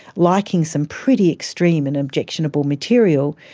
liking some pretty extreme and objectionable material.